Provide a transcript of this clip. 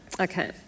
Okay